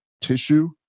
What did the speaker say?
tissue